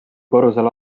korrusel